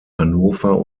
hannover